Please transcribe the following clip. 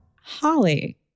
Holly